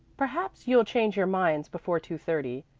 perhaps you'll change your minds before two-thirty,